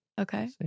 Okay